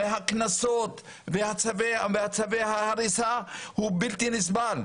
מהקנסות וצווי ההריסה הוא בלתי נסבל,